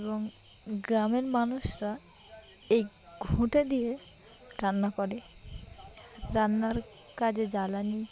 এবং গ্রামের মানুষরা এই ঘুঁটে দিয়ে রান্না করে রান্নার কাজে জ্বালানি